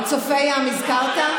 את צופי ים הזכרת?